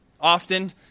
often